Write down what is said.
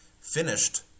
finished